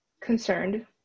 Concerned